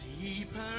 Deeper